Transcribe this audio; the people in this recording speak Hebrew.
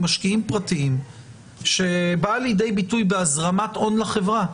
משקיעים פרטיים שבאה לידי ביטוי בהזרמת הון לחברה,